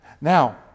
now